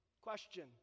Question